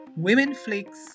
womenflicks